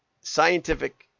scientific